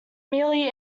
merely